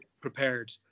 prepared